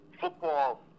football –